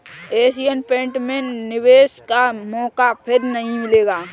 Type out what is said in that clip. Asian paint में निवेश का मौका फिर नही मिलेगा